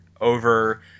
over